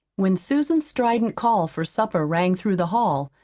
when susan's strident call for supper rang through the hall,